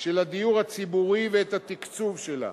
של הדיור הציבורי ואת התקצוב שלה.